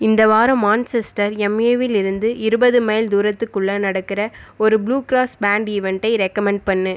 இந்த வாரம் மான்செஸ்டர் எம்ஏவிலிருந்து இருபது மைல் தூரத்துக்குள்ளே நடக்கிற ஒரு புளூ கிராஸ் பேண்ட் ஈவெண்ட்டை ரெகமண்ட் பண்ணு